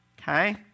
Okay